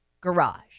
garage